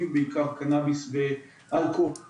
סביב בעיקר קנביס ואלכוהול,